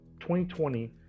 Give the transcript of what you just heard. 2020